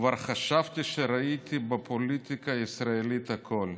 כבר חשבתי שראיתי בפוליטיקה הישראלית הכול.